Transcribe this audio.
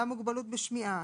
למוגבלות בשמיעה,